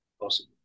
possible